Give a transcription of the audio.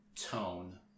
tone